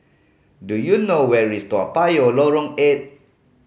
do you know where is Toa Payoh Lorong Eight